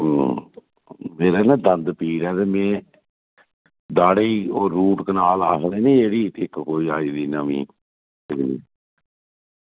मेरे ना दंद पीड़ ऐ ते में दाढ़ै ई ओह् रूट कनाल आखदे न जेह्ड़ी इक कोई आई दी नमीं तकनीक